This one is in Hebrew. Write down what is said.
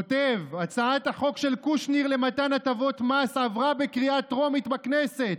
כותב: הצעת החוק של קושניר למתן הטבות מס עברה בקריאה טרומית בכנסת,